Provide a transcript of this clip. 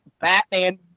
Batman